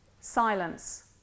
Silence